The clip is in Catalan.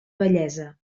bellesa